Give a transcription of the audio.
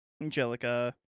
Angelica